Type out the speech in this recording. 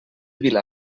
vila